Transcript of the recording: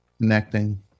connecting